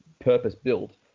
purpose-built